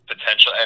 Potential